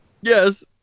Yes